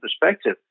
perspective